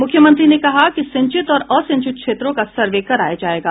मुख्यमंत्री ने कहा कि सिंचित और असिंचित क्षेत्रों का सर्वे कराया जायेगा